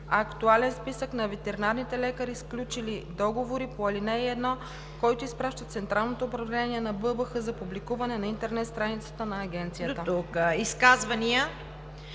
актуален списък на ветеринарните лекари, сключили договори по ал. 1, който изпраща в Централното управление на БАБХ за публикуване на интернет страницата на агенцията.“